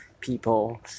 people